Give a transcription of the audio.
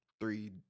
three